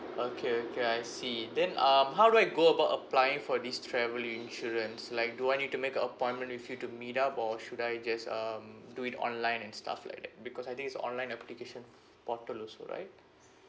okay okay I see then um how do I go about applying for this travel insurance like do I need to make a appointment with you to meet up or should I just um do it online and stuff like that because I think there's online application portal also right